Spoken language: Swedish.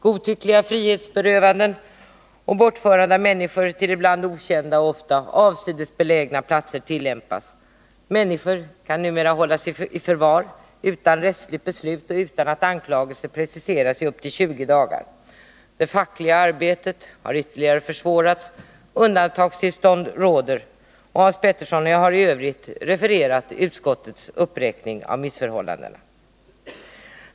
Godtyckliga frihetsberövanden och bortförande av människor till ibland okända och ofta avsides belägna platser tillämpas, och människor kan numera hållas i förvar i upp till 20 dagar utan rättsligt beslut och utan att anklagelse preciseras. Det fackliga arbetet har ytterligare försvårats, och undantagstillstånd råder. Hans Petersson har i övrigt refererat utskottets uppräkning av missförhållanden.